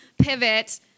pivot